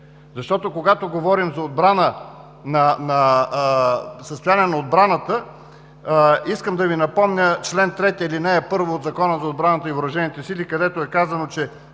Защото, когато говорим за състояние на отбраната, искам да Ви напомня чл. 3, ал. 1 от Закона за отбраната и въоръжените сили, където е казано: